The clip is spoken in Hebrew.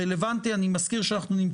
כמו שאמרתי קודם,